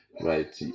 right